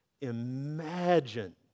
imagine